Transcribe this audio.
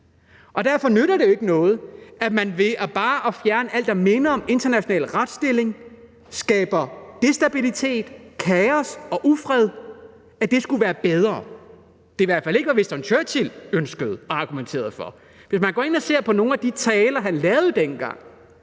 Derfor nytter det ikke noget, at man bare ved at fjerne alt, hvad der minder om international retsstilling, skaber destabilitet, kaos og ufred; at det skulle være bedre. Det var i hvert fald ikke, hvad Winston Churchill ønskede og argumenterede for. Hvis man går ind og ser på nogle af de taler, han lavede dengang,